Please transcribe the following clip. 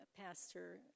Pastor